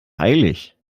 heilig